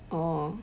orh